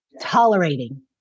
tolerating